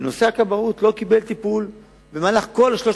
ונושא הכבאות לא קיבל טיפול במהלך כל שלוש